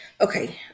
Okay